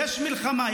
יש מלחמה,